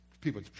People